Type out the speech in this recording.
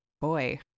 boy